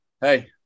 Hey